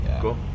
cool